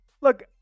look